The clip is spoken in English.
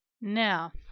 Now